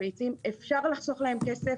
אפשר לחסוך להם כסף.